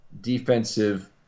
defensive